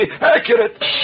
accurate